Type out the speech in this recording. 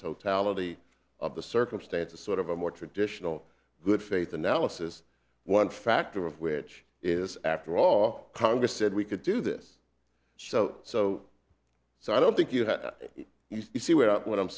totality of the circumstances sort of a more traditional good faith analysis one factor of which is after all congress said we could do this so so so i don't think you have it you see without what i'm